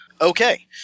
okay